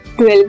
12